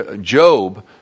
Job